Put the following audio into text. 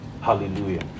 Hallelujah